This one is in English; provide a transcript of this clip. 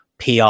PR